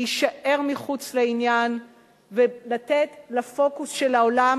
להישאר מחוץ לעניין ולתת לפוקוס של העולם